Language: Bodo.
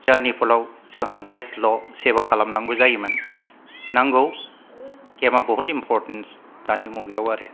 जारनि फलाव जोंहा देशल' सेवा खालाम नांगौ जायोमोन नांगौ गेमा बहुत इम्प'र्टेंट दानि मुगायाव आरो